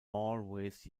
always